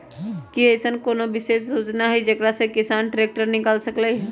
कि अईसन कोनो विशेष योजना हई जेकरा से किसान ट्रैक्टर निकाल सकलई ह?